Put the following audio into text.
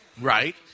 Right